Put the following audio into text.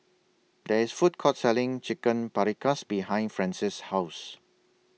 There IS Food Court Selling Chicken Paprikas behind Francis' House